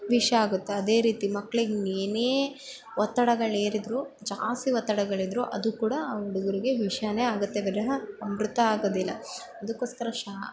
ವಿಷ ಆಗುತ್ತೆ ಅದೇ ರೀತಿ ಮಕ್ಳಿಗೆ ಇನ್ನೇನೇ ಒತ್ತಡಗಳನ್ನ ಹೇರಿದ್ರೂ ಜಾಸ್ತಿ ಒತ್ತಡಗಳಿದ್ರೂ ಅದು ಕೂಡ ಆ ಹುಡುಗರಿಗೆ ವಿಷವೇ ಆಗುತ್ತೆ ವಿನಃ ಅಮೃತ ಆಗೋದಿಲ್ಲ ಅದಕ್ಕೋಸ್ಕರ ಶಾ